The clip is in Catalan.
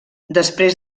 després